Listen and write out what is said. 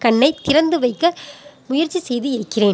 கண்ணைத் திறந்து வைக்க முயற்சி செய்து இருக்கிறேன்